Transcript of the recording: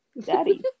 Daddy